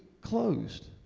closed